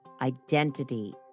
identity